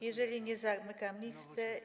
Jeżeli nie, zamykam listę.